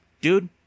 Dude